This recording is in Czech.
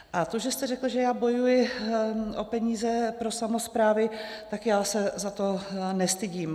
A to, že jste řekl, že já bojuji o peníze pro samosprávy, tak já se za to nestydím.